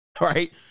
right